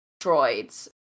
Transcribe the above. droids